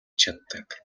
чаддаг